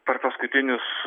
per paskutinius